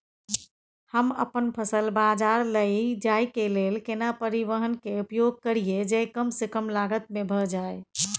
हम अपन फसल बाजार लैय जाय के लेल केना परिवहन के उपयोग करिये जे कम स कम लागत में भ जाय?